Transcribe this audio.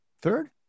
third